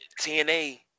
TNA